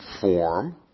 form